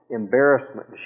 embarrassment